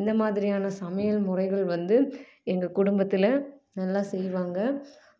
இந்த மாதிரியான சமையல் முறைகள் வந்து எங்கள் குடும்பத்தில் நல்லா செய்வாங்க